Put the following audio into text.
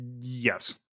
Yes